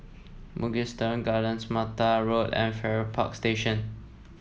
Mugliston Gardens Mattar Road and Farrer Park Station